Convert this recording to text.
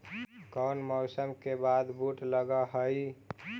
कोन मौसम के बाद बुट लग है?